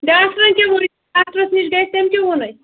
ڈاکٹرَن کیٛاہ ڈاکٹرَس نِش گٔیَکھ تٔمۍ کیٛاہ ووٚنُے